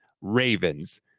Ravens